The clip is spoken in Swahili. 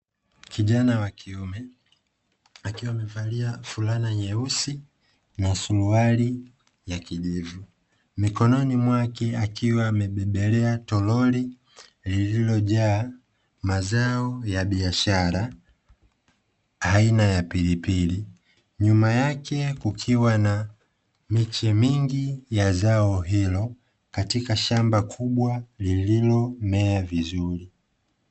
Kijana wa kiume akiwa amevalia fulana nyeusi, na suruali ya kijivu, mikononi mwake akiwa amebebelea toroli lililojaa mazao ya biashara aina ya pilipili. Nyuma yake kukiwa na miche mingi ya zao hilo katika shamba kubwa lililomea vizuri.